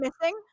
missing